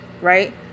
right